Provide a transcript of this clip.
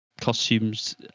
costumes